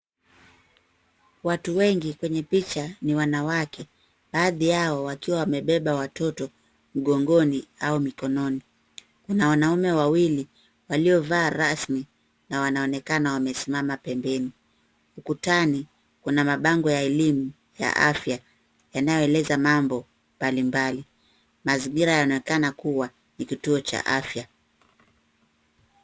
Watu wengi kwenye picha ni wanawake, baadhi yao wakiwa wamebeba watoto mgogoni au mikononi. Kuna wanaume wawili waliovaa rasmi na wanaonekana wamesimama pembeni. Ukutani kuna mabango ya elimu ya afya yanayoelezea mambo mbalimbali. Mazingira yanaonekana kuwa ni kituo cha afya.